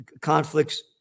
conflicts